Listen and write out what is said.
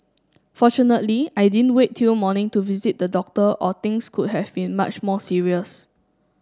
fortunately I didn't wait till morning to visit the doctor or things could have been much more serious